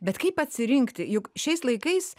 bet kaip atsirinkti juk šiais laikais